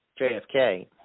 JFK